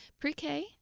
Pre-K